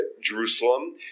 Jerusalem